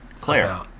claire